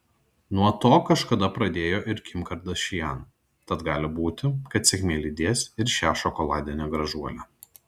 nuo to kažkada pradėjo ir kim kardashian tad gali būti kad sėkmė lydės ir šią šokoladinę gražuolę